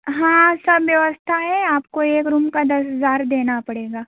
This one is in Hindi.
हाँ सब व्यवस्था है आपको एक रूम का दस हज़ार देना पड़ेगा